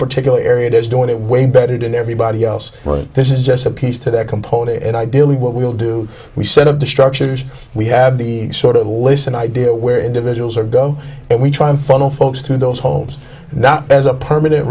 particular area there's no any way better than everybody else this is just a piece to that component and ideally what we'll do we set up the structures we have the sort of listen idea where individuals are go and we try and funnel folks to those homes not as a permanent